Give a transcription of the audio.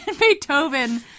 Beethoven